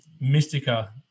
Mystica